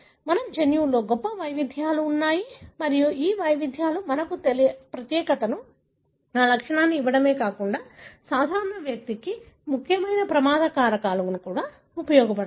మన జన్యువులో గొప్ప వైవిధ్యాలు ఉన్నాయి మరియు ఈ వైవిధ్యాలు మనకు ప్రత్యేకతను ఆ లక్షణాన్ని ఇవ్వడమే కాకుండా సాధారణ వ్యాధికి ముఖ్యమైన ప్రమాద కారకాలు గా కూడా ఉపయోగపడతాయి